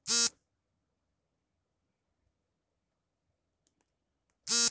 ದಾಳಿಂಬೆ ಬೆಳೆಯಲ್ಲಿ ಹೂವಿನ ಮೇಲೆ ದಾಳಿ ಮಾಡುವ ಕೀಟಗಳ ನಿರ್ವಹಣೆಗೆ, ಎಷ್ಟು ಪ್ರಮಾಣದಲ್ಲಿ ಕೀಟ ನಾಶಕ ಬಳಸಬೇಕು?